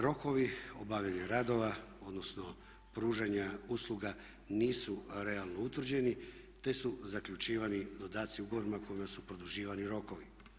Rokovi o obavljanju radova, odnosno pružanja usluga nisu realno utvrđeni te su zaključivani dodaci ugovorima kojima su produživani rokovi.